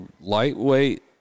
lightweight